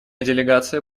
делегация